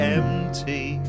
empty